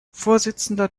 vorsitzender